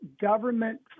government